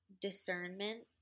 discernment